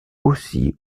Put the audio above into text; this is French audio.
aussi